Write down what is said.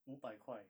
五百块